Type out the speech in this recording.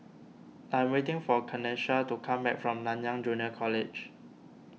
I am waiting for Kanesha to come back from Nanyang Junior College